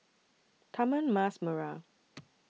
Taman Mas Merah